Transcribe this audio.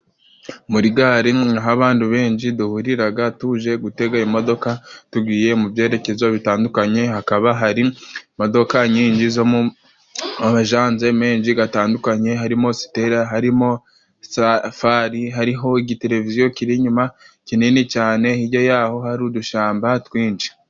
Muri gare niho abantu benshi duhuriraga tuje gutega imodoka tugiye mu byerekezo bitandukanye. Hakaba hari imodoka nyinshi zo mu ma ajanse menshi gatandukanye, harimo Sitera, harimo Safari, hariho igiteleviziyo kiri inyuma kinini cyane, hirya yaho hari udushyamba twinshi.